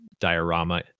diorama